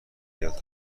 حیات